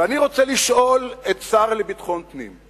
ואני רוצה לשאול את השר לביטחון פנים,